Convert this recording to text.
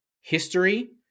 history